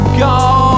gone